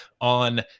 on